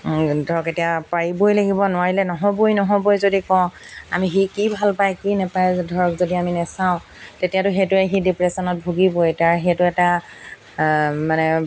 ধৰক এতিয়া পাৰিবই লাগিব নোৱাৰিলে নহ'বই নহ'বই যদি কওঁ আমি সি কি ভাল পায় কি নাপায় ধৰক যদি আমি নাচাওঁ তেতিয়াতো সেইটোৱে সি ডিপ্ৰেশ্যনত ভুগিবই তাৰ সেইটো এটা মানে